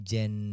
Gen